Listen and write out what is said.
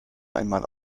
einmal